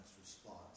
response